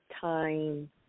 time